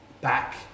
back